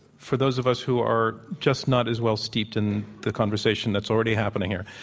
for those of us who are just not as well steeped in the conversation that's already happening here